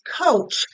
coach